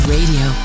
Radio